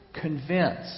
Convince